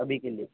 अभी के लिए